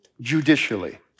judicially